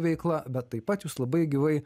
veikla bet taip pat jūs labai gyvai